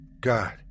God